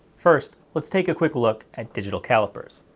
first, let's take a quick look at digital calipers.